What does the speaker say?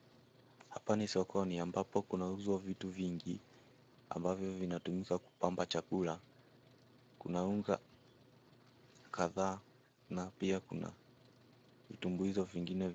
Hapa ni sokoni ambapo kunauzwa vitu vingi ambavyo vinatumika kupamba chakula. Kuna unga kadhaa na pia kuna vitumbuizo vingine.